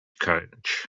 coach